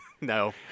No